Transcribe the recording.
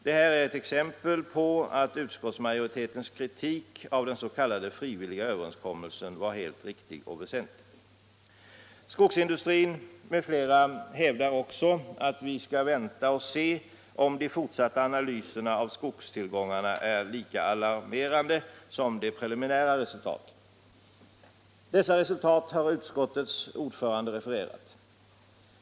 Detta är ett exempel på att utskottsmajoritetens kritik av den s.k. frivilliga överenskommelsen var helt riktig och väsentlig. Skogsindustrin m.fl. hävdar också att vi skall vänta och se om de fortsatta analyserna av skogstillgångarna är lika alarmerande som de preliminära resultaten. Dessa resultat har utskottets ordförande refererat.